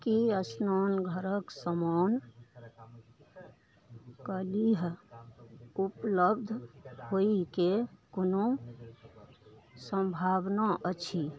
की स्नानघरक समान काल्हि उपलब्ध होइके कोनो संभावना अछि